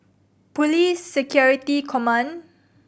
Police Security Command